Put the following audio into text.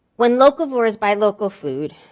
when locavores buy local food,